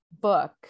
book